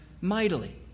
mightily